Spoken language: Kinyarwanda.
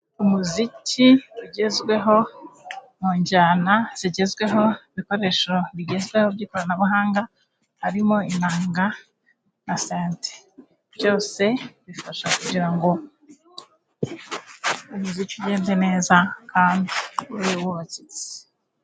Umuziki ugezweho mu njyana zigezweho, ibikoresho bigezweho by'ikoranabuhanga, harimo inanga, na sente. Byose bifasha kugira ngo umuziki ugende neza kandi ...